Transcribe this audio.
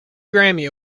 grammy